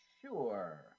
Sure